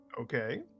Okay